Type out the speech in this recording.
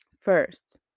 First